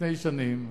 לפני שנים,